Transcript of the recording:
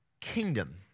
kingdom